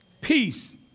Peace